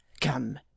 Come